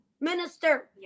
minister